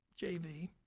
JV